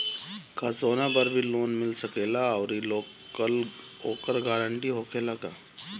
का सोना पर भी लोन मिल सकेला आउरी ओकर गारेंटी होखेला का?